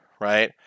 right